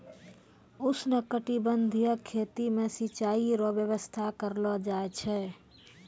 उष्णकटिबंधीय खेती मे सिचाई रो व्यवस्था करलो जाय छै